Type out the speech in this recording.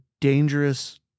Dangerous